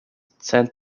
tend